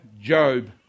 Job